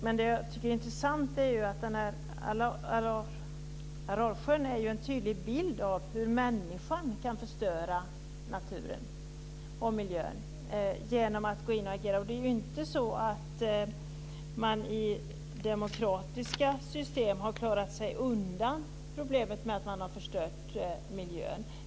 Men det som jag tycker är intressant är att Aralsjön är en tydlig bild av hur människan kan förstöra naturen och miljön genom sitt agerande. Det är ju inte så att man i demokratiska system har klarat sig undan problemet med att man har förstört miljön.